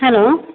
hello